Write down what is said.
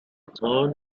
town